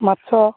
ମାଛ